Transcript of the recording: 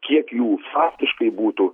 kiek jų faktiškai būtų